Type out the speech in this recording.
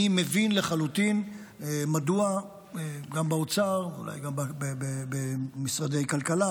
אני מבין לחלוטין מדוע גם באוצר ואולי גם במשרדי כלכלה,